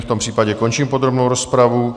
V tom případě končím podrobnou rozpravu.